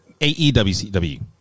AEWCW